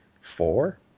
Four